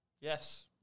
Yes